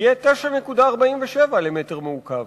יהיה 9.47 שקלים למטר מעוקב,